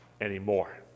anymore